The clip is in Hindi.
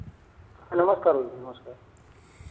हाँ नमस्कार भैया नमस्कार